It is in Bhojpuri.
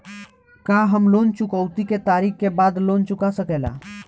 का हम लोन चुकौती के तारीख के बाद लोन चूका सकेला?